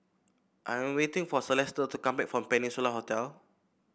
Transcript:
I am waiting for Celesta to come back from Peninsula Hotel